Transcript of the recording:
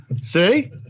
See